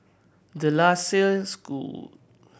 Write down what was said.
De La Salle School